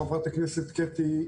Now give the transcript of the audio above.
ח"כ קטי,